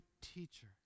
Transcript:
teacher